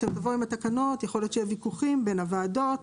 שיהיו ויכוחים בין הוועדות.